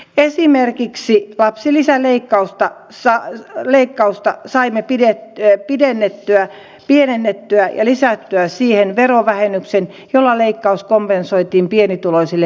esimerkiksi lapsilisäleikkausta saimme pienennettyä ja lisättyä siihen verovähennyksen jolla leikkaus kompensoitiin pienituloisille perheille